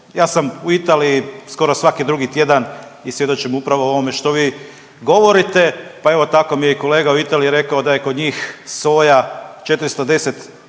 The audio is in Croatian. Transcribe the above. Ja sam u Italiji skoro svaki drugi tjedan i svjedočim upravo ovome što vi govorite, pa evo tako mi je kolega u Italiji rekao da je kod njih soja 410